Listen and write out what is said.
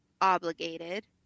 obligated